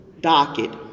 docket